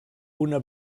una